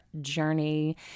journey